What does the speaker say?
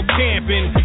camping